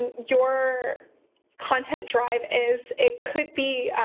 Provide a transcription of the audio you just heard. and your content drive is, it could be